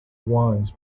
wines